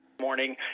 morning